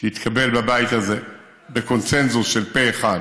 שהתקבל בבית הזה בקונסנזוס של פה אחד,